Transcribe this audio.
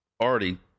already